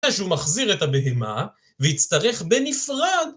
שהוא מחזיר את הבהמה, ויצטרך בנפרד